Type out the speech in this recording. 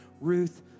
Ruth